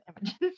images